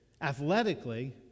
athletically